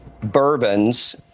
bourbons